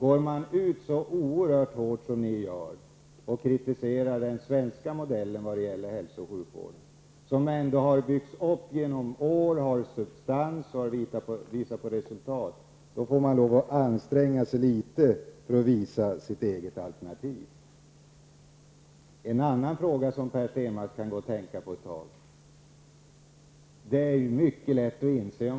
Ni går ut oerhört hårt och kritiserar den svenska hälso och sjukvårdsmodellen, som har byggts upp genom åren, som har substans och som har visat upp resultat. Då måste ni också anstränga er litet mer när det gäller att beskriva ert eget alternativ. Det finns också en annan sak som Per Stenmarck kan fundera över.